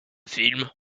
film